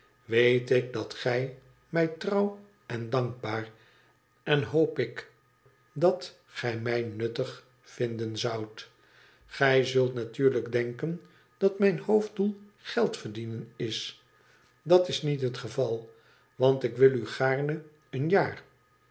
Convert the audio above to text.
weet ik dat gij mij trouw en dankbaar en hoop ik dat gij mij nuttig vmden zoudt gij zult natuurlijk denken dat mijn hoofddoel geld verdienen is dat is niet het geval want ik wil u gaarne een jaar